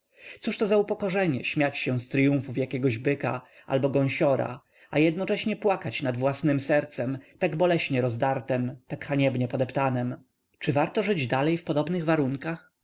gorszemu cóżto za upokorzenie śmiać się z tryumfów jakiegoś byka albo gąsiora a jednocześnie płakać nad własnem sercem tak boleśnie rozdartem tak haniebnie podeptanem czy warto żyć dalej w podobnych warunkach